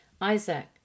Isaac